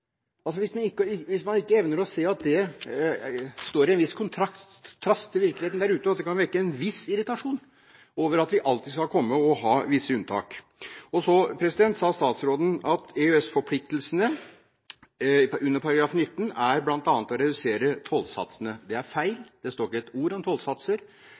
Man evner ikke å se at det står i en viss kontrast til virkeligheten der ute, og at det kan vekke en viss irritasjon at vi alltid skal komme og ha visse unntak. Så sa statsråden at EØS-forpliktelsene under artikkel 19 bl.a. er å redusere tollsatsene. Det er feil. Det står ikke ett ord om tollsatser.